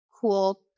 cool